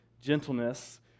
gentleness